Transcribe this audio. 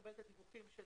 תקבל את הדיווחים של